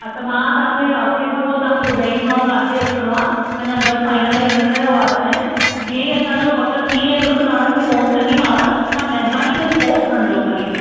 हा त मां तव्हां खे हफ़्ते खां पोइ तव्हां खे ॿुधाईंदीमांव किथे अचिणो आहे अञा घरु फाइनलाइज़्ड न कयो आहे असांजे जीअं ई असांजो पक थी वेंदो त मां तव्हांखे फोन कंदीमांव तव्हां महिरबानी करे फोन खणिजो खाली